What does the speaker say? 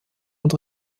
und